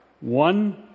One